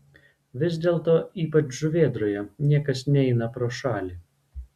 vis dėlto ypač žuvėdroje niekas neina pro šalį